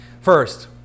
First